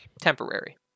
Temporary